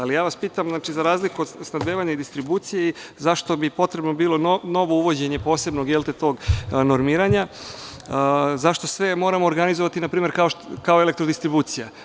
Ali, pitam vas, za razliku od snabdevanja i distribucije, zašto bi potrebno bilo novo uvođenje posebnog tog normiranja, zašto sve moramo organizovati kao Elektrodistribucija?